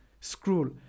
scroll